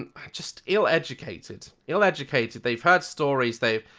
and just ill-educated ill-educated they've heard stories. they've,